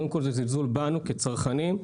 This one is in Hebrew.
זלזול בנו כצרכנים.